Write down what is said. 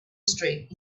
street